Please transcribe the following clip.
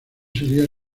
sería